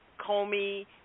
Comey